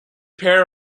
pair